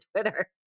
Twitter